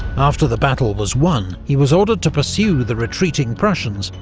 after the battle was won, he was ordered to pursue the retreating prussians,